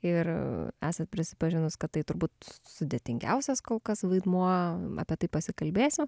ir esat prisipažinus kad tai turbūt su sudėtingiausias kol kas vaidmuo apie tai pasikalbėsim